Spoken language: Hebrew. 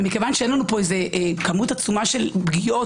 כיוון שאין לנו כמות עצומה של פגיעות,